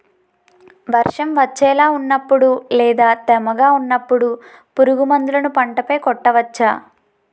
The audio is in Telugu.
వర్షం వచ్చేలా వున్నపుడు లేదా తేమగా వున్నపుడు పురుగు మందులను పంట పై కొట్టవచ్చ?